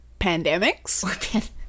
pandemics